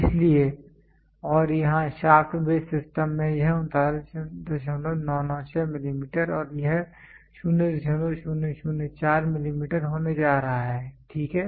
इसलिए और यहाँ शाफ्ट बेस सिस्टम में यह 39996 मिलीमीटर और यह 0004 मिलीमीटर होने जा रहा है ठीक है